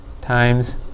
times